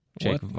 Jake